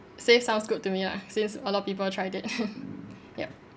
Syfe sounds good to me lah since a lot of people tried it yup